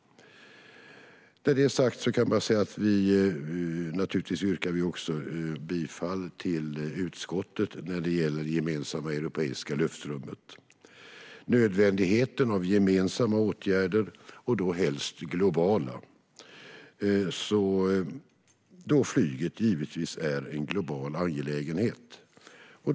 Jag yrkar naturligtvis bifall till utskottets förslag när det gäller det gemensamma europeiska luftrummet och nödvändigheten av gemensamma åtgärder, och då helst globala eftersom flyget givetvis är en global angelägenhet.